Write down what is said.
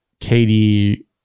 Katie